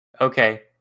Okay